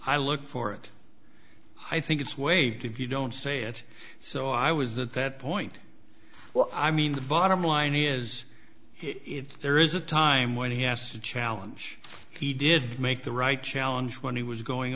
i look for it i think it's waived if you don't say it so i was that that point well i mean the bottom line is if there is a time when he asked a challenge he did make the right challenge when he was going